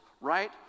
right